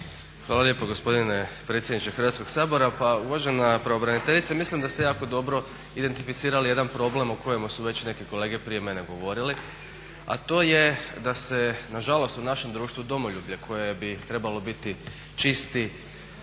Hvala lijepo gospodine predsjedniče Hrvatskog sabora. Pa uvažena pravobraniteljice, mislim da ste jako dobro identificirali jedan problem o kojemu su već neki kolege prije mene govorili, a to je da se nažalost u našem društvu domoljublje koje bi trebalo biti čisti